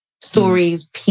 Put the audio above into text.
stories